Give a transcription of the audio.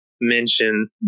mention